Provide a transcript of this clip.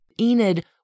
Enid